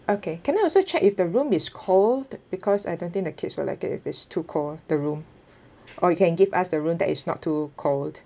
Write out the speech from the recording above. okay can I also check if the room is cold because I don't think the kids will like it if it's too cold the room or you can give us the room that is not too cold